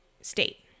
state